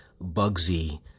Bugsy